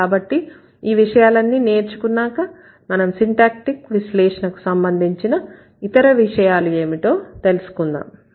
కాబట్టి ఈ విషయాలన్నిటినీ నేర్చుకున్నాక మనం సిన్టాక్టీక్ విశ్లేషణకు సంబంధించిన ఇతర విషయాలు ఏమిటో తెలుసుకుందాం